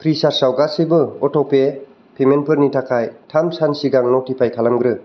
फ्रिसार्जआव गासैबो अट'पे पेमेन्टफोरनि थाखाय थाम सान सिगां नटिफाइ खालामग्रो